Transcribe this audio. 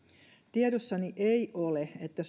tiedossani ei ole että